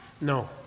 No